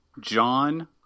John